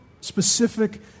specific